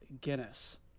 Guinness